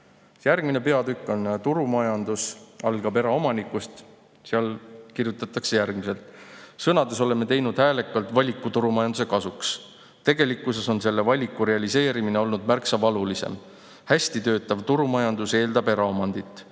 Järgmine peatükk on "Turumajandus algab eraomanikust". Seal kirjutatakse järgmiselt: "Sõnades oleme teinud häälekalt valiku turumajanduse kasuks. Tegelikkuses on selle valiku realiseerimine olnud märksa valulisem. Hästi töötav turumajandus eeldab eraomandit.